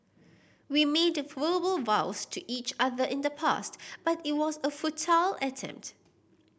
we made verbal vows to each other in the past but it was a futile attempt